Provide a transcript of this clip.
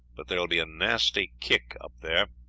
but there will be a nasty kick up there.